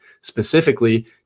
specifically